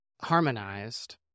harmonized